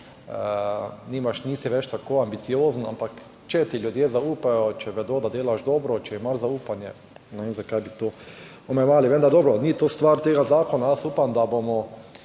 nisi več tako ambiciozen, ampak če ti ljudje zaupajo, če vedo, da delaš dobro, če imaš zaupanje, ne vem, zakaj bi to omejevali. Vendar dobro, ni to stvar tega zakona. Upam, da bomo